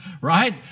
right